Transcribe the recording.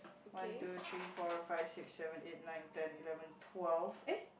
one two three four five six seven eight nine ten eleven twelve eh